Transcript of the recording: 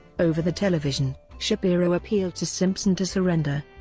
over the television, shapiro appealed to simpson to surrender.